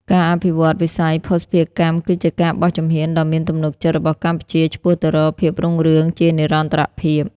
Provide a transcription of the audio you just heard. ការអភិវឌ្ឍវិស័យភស្តុភារកម្ម គឺជាការបោះជំហានដ៏មានទំនុកចិត្តរបស់កម្ពុជាឆ្ពោះទៅរកភាពរុងរឿងជានិរន្តរភាព។